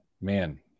Man